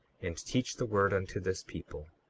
and teach the word unto this people.